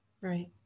Right